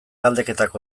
galdeketak